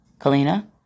Kalina